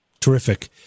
Terrific